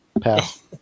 Pass